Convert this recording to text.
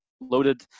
loaded